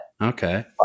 Okay